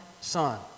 Son